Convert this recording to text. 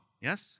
Yes